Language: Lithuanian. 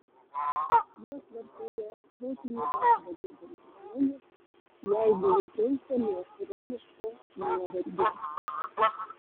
juos vartoja protinį darbą dirbantys žmonės jeigu jie kenčia nuo chroniško nuovargio